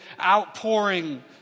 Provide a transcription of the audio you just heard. outpouring